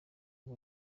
ngo